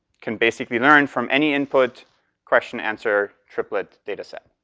can basically learn from any input question answer triplet dataset.